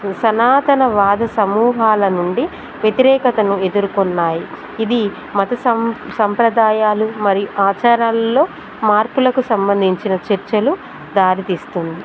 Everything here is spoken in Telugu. సనాతనవాద సమూహాల నుండి వ్యతిరేకతను ఎదుర్కొన్నాయి ఇది మత సం సంప్రదాయాలు మరియు ఆచారాల్లో మార్పులకు సంబంధించిన చర్చలు దారితీస్తుంది